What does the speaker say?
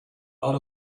out